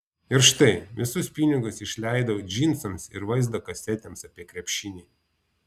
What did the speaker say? ir štai visus pinigus išleidau džinsams ir vaizdo kasetėms apie krepšinį